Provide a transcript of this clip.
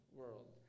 world